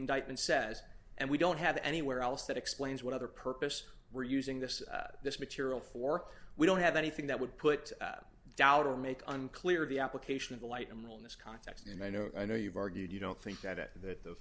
indictment says and we don't have anywhere else that explains what other purpose we're using this this material for we don't have anything that would put doubt or make unclear the application in the light in this context and i know i know you've argued you don't think that it that the